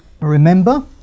Remember